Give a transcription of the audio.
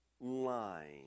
line